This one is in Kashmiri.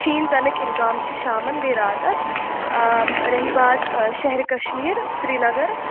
شیٖن پٮ۪نٕکۍ اِمکام چھِ شامن بیٚیہِ راتس رہی بات شہرِ کشمیٖر سرینَگر